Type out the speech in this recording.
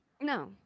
No